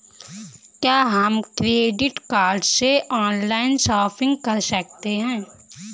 क्या हम credit card से ऑनलाइन शॉपिंग कर सकते हैं?